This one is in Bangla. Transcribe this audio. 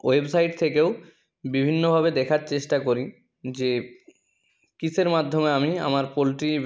ওয়েবসাইট থেকেও বিভিন্নভাবে দেখার চেষ্টা করি যে কীসের মাধ্যমে আমি আমার পোলট্রি